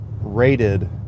rated